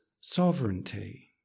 sovereignty